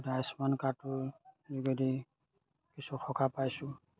এতিয়া আয়ুস্মান কাৰ্ডটো কিছু সকাহ পাইছোঁ